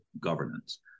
governance